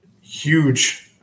huge